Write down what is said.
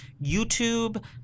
YouTube